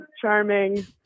charming